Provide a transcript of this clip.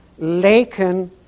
Laken